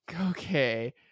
okay